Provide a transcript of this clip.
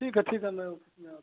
ठीक है ठीक है